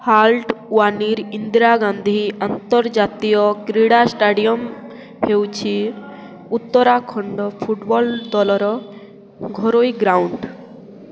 ହାଲଟ୍ୱାନିର ଇନ୍ଦିରା ଗାନ୍ଧୀ ଆନ୍ତର୍ଜାତୀୟ କ୍ରୀଡ଼ା ଷ୍ଟାଡ଼ିୟମ୍ ହେଉଛି ଉତ୍ତରାଖଣ୍ଡ ଫୁଟବଲ୍ ଦଳର ଘରୋଇ ଗ୍ରାଉଣ୍ଡ୍